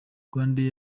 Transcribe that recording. rwandair